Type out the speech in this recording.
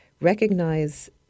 recognize